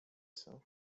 chcę